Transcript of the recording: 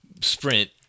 sprint